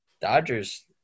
Dodgers